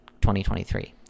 2023